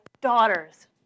daughters